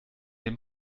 dem